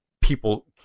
people